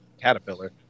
Caterpillar